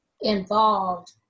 involved